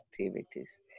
activities